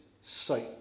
sight